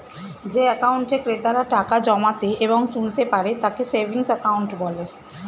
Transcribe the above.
যে অ্যাকাউন্টে ক্রেতারা টাকা জমাতে এবং তুলতে পারে তাকে সেভিংস অ্যাকাউন্ট বলে